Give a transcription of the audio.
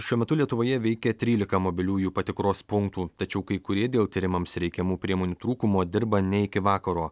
šiuo metu lietuvoje veikia trylika mobiliųjų patikros punktų tačiau kai kurie dėl tyrimams reikiamų priemonių trūkumo dirba ne iki vakaro